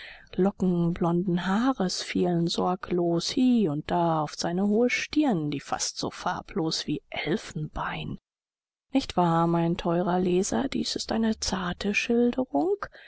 locken blonden haares fielen sorglos hie und da auf seine hohe stirn die fast so farblos wie elfenbein nicht wahr mein teurer leser dies ist eine zarte schilderung